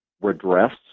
redress